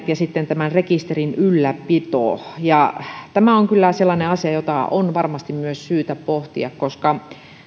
ja tämän rekisterin ylläpidon tämä on kyllä sellainen asia jota on varmasti myös syytä pohtia koska